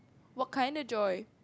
what kind of joy